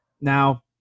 Now